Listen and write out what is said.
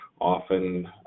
often